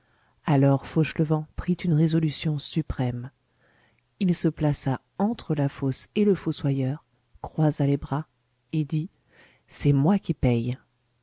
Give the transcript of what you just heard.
alors fauchelevent prit une résolution suprême il se plaça entre la fosse et le fossoyeur croisa les bras et dit c'est moi qui paye